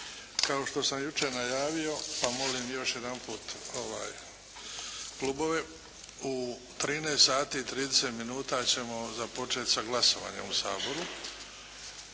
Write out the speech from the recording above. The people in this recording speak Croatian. kao što sam jučer najavio. Pa molim još jedanput klubove u 13 sati i 30 minuta ćemo započeti sa glasovanjem u Saboru.